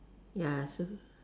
ya so